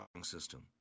system